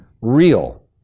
real